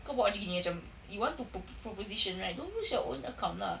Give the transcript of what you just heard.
kau buat macam gini macam you want to propo~ proposition right don't use your own account lah